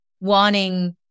wanting